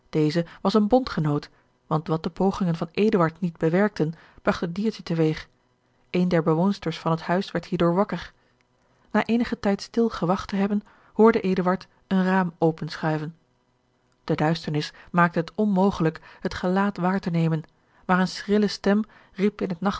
deze was een bondgenoot want wat de pogingen van eduard niet bewerkten bragt het diertje te weeg een der bewoonsters van het huis werd hierdoor wakker na eenigen tijd stil gewacht te hebben hoorde eduard een raam openschuiven de duisternis maakte het onmogelijk het gelaat waar te nemen maar eene schrille stem riep in het